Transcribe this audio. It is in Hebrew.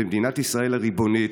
במדינת ישראל הריבונית,